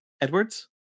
Edwards